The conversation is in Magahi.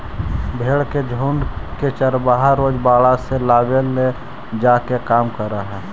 भेंड़ के झुण्ड के चरवाहा रोज बाड़ा से लावेले जाए के काम करऽ हइ